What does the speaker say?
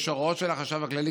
יש הוראות של החשב הכללי.